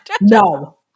No